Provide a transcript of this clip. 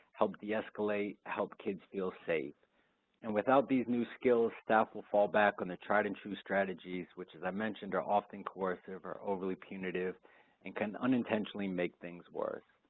help deescalate, help kids feel safe and without these new skills, staff will fall back on their tried and true strategies, which as i mentioned are often coercive or overly punitive and can unintentionally make things worse.